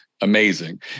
amazing